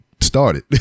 started